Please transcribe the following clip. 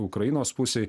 ukrainos pusei